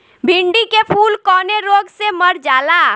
भिन्डी के फूल कौने रोग से मर जाला?